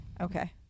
Okay